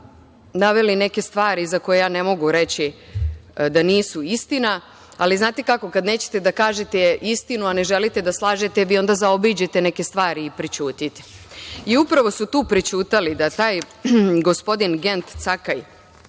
naveli neke stvari za koje ne mogu reći da nisu istina, ali znate kako, kada nećete da kažete istinu, a ne želite da slažete vi onda zaobiđete neke stvari i prećutite. Upravo su tu prećutali. Da taj gospodin Gent Cakaj